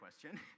question